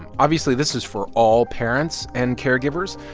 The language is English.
obviously, this is for all parents and caregivers,